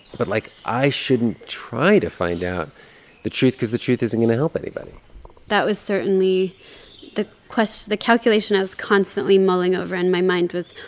but, like, i shouldn't try to find out the truth because the truth isn't going to help anybody that was certainly the the calculation i was constantly mulling over in my mind was,